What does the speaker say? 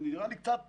זה נראה לי קצת